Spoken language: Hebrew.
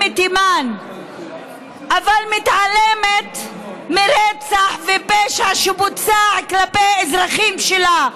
אבל מתעלמת מרצח ופשע שבוצע כלפי אזרחים שלה.